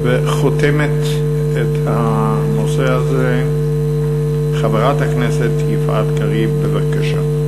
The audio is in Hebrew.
חותמת את הנושא הזה חברת הכנסת יפעת קריב, בבקשה.